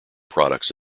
products